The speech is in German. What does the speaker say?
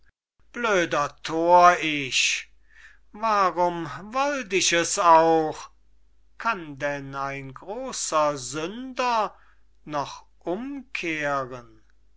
blöder thor ich warum wollt ich es auch kann denn ein grosser sünder noch umkehren